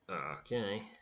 Okay